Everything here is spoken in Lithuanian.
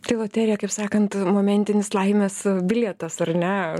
tai loterija kaip sakant momentinis laimės bilietas ar ne